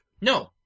No